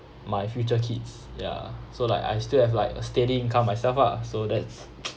my future kids ya so like I still have like a steady income myself ah so that's